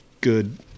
good